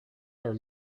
are